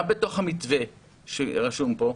גם בתוך המתווה שרשום בו,